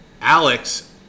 Alex